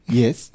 yes